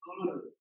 honor